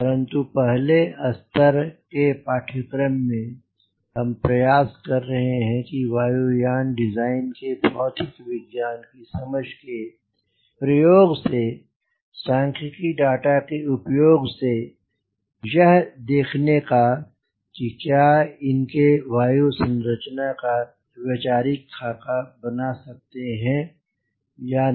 परन्तु पहले स्तर के पाठ्यक्रम में हम प्रयास कर रहे हैं वायु यान डिज़ाइन के भौतिक विज्ञान की समझ के प्रयोग से और सांख्यिकी डाटा के उपयोग से यह देखने का कि क्या इनसे वायु यान संरचना का वैचारिक खाका बना सकते हैं या नहीं